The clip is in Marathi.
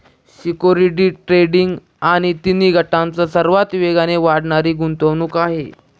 सिक्युरिटीज ट्रेडिंग ही तिन्ही गटांची सर्वात वेगाने वाढणारी गुंतवणूक आहे